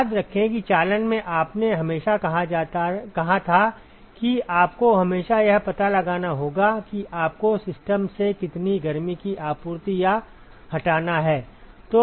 याद रखें कि चालन में आपने हमेशा कहा था कि आपको हमेशा यह पता लगाना होगा कि आपको सिस्टम से कितनी गर्मी की आपूर्ति या हटाना है